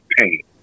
pain